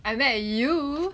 I met you